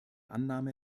annahme